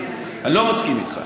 אני לא מסכים איתך,